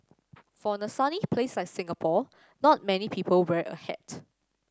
for a sunny place like Singapore not many people wear a hat